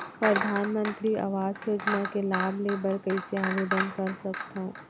परधानमंतरी आवास योजना के लाभ ले बर कइसे आवेदन कर सकथव?